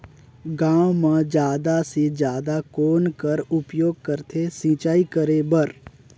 गांव म जादा से जादा कौन कर उपयोग करथे सिंचाई करे बर?